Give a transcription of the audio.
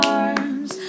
arms